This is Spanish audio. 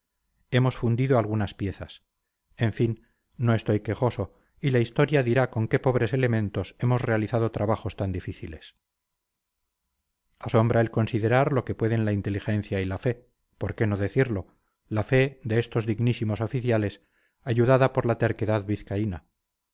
hemos fundido algunas piezas en fin no estoy quejoso y la historia dirá con qué pobres elementos hemos realizado trabajos tan difíciles asombra el considerar lo que pueden la inteligencia y la fe por qué no decirlo la fe de estos dignísimos oficiales ayudada por la terquedad vizcaína